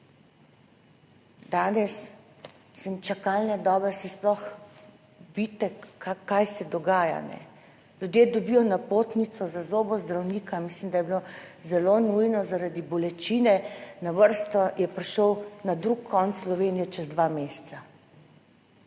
Danes so čakalne dobe … sploh vidite, kaj se dogaja? Ne. Ljudje dobijo napotnico za zobozdravnika, mislim, da je bilo zelo nujno zaradi bolečine, na vrsto je prišel na drugem koncu Slovenije čez dva meseca.